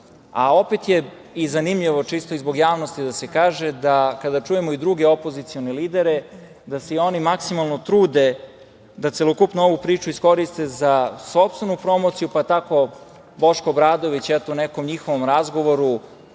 opet je i zanimljivo, čisto zbog javnosti da se kaže, da kada čujemo i druge opozicione lidere, da se i oni maksimalno trude da celokupnu ovu priču iskoriste za sopstvenu promociju, pa je tako Boško Obradović u nekom njihovom razgovoru